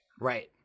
Right